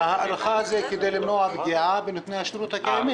ההארכה היא כדי למנוע פגיעה בנותני השירות הנוכחיים.